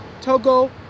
Togo